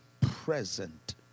present